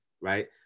Right